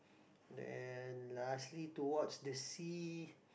then lastly towards to the sea